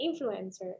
influencer